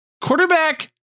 quarterback